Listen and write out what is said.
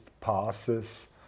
passes